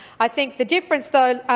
i think the difference, though,